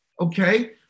Okay